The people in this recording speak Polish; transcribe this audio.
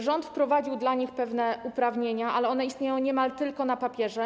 Rząd wprowadził dla nich pewne uprawnienia, ale one istnieją niemal tylko na papierze.